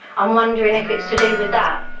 i'm wondering if it's to do with that.